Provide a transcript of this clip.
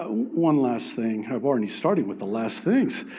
one last thing. i've already starting with the last things.